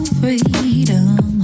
freedom